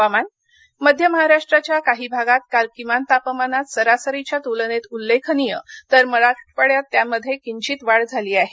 हवामान मध्य महाराष्ट्राच्या काही भागात काल किमान तापमानात सरासरीच्या तुलनेत उल्लेखनीय तर मराठवाङ्यात त्यामध्ये किंचित वाढ झाली आहे